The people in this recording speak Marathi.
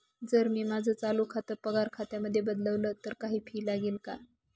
जर मी माझं चालू खातं पगार खात्यामध्ये बदलवल, तर काही फी लागेल का?